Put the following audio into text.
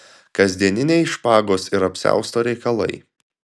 kasdieniniai špagos ir apsiausto reikalai